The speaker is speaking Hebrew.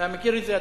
אתה מכיר את זה,